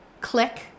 click